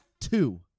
two